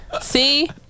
See